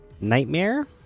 nightmare